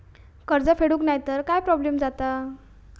कर्ज फेडूक नाय तर काय प्रोब्लेम जाता?